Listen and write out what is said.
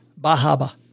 Bahaba